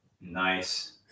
Nice